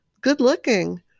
good-looking